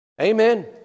Amen